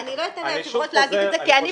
ואני לא אתן ליושב ראש להגיד את זה כי אני